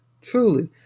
truly